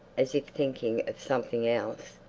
as if thinking of something else.